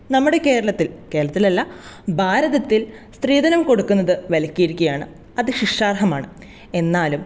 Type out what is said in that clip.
നമ്മുടെ കേരളത്തിൽ കേരളത്തിലല്ല ഭാരതത്തിൽ സ്ത്രീധനം കൊടുക്കുന്നത് വിലക്കിയിരിക്കുകയാണ് അത് ശിക്ഷാർഹമാണ് എന്നാലും